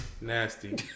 nasty